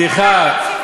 סליחה,